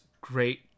great